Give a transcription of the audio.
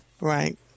Right